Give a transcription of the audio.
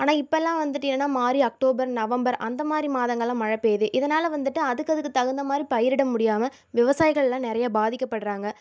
ஆனால் இப்போல்லாம் வந்துவிட்டு என்னன்னா மாறி அக்டோபர் நவம்பர் அந்தமாதிரி மாதங்களில் மழைபெய்யுது இதனால் வந்துவிட்டு அதுக்கு அதுக்கு தகுந்தமாதிரி பயிரிட முடியாமல் விவசாயிகள் எல்லாம் நிறைய பாதிக்கப்படுறாங்க